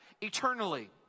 eternally